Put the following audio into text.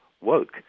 woke